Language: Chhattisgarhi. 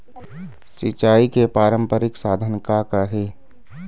सिचाई के पारंपरिक साधन का का हे?